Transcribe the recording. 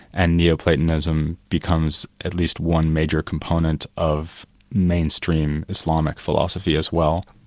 and neo-platonism becomes at least one major component of mainstream islamic philosophy as well.